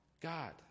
God